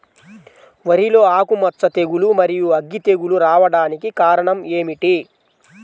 వరిలో ఆకుమచ్చ తెగులు, మరియు అగ్గి తెగులు రావడానికి కారణం ఏమిటి?